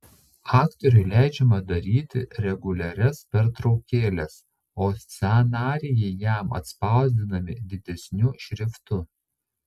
aktoriui leidžiama daryti reguliarias pertraukėles o scenarijai jam atspausdinami didesniu šriftu